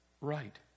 Right